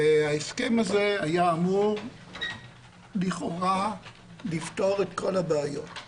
ההסכם הזה היה אמור לכאורה לפתור את כל הבעיות.